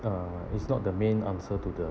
uh it's not the main answer to the